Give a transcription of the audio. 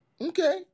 Okay